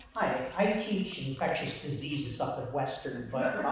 i teach infectious diseases up at western but